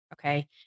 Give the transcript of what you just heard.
okay